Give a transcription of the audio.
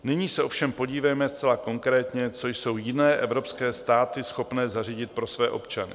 Nyní se ovšem podívejme zcela konkrétně, co jsou jiné evropské státy schopné zařídit pro své občany.